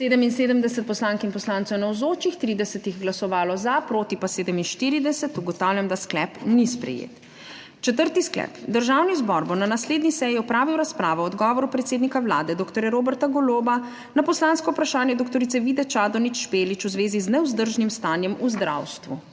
glasovalo za, proti pa 47. (Za je glasovalo 30.) (Proti 47.) Ugotavljam, da sklep ni sprejet. Četrti sklep: Državni zbor bo na naslednji seji opravil razpravo o odgovoru predsednika Vlade dr. Roberta Goloba na poslansko vprašanje dr. Vide Čadonič Špelič v zvezi z nevzdržnim stanjem v zdravstvu.